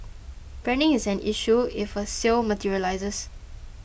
branding is an issue if a sale materialises